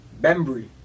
Bembry